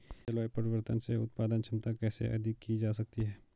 जलवायु परिवर्तन से उत्पादन क्षमता कैसे अधिक की जा सकती है?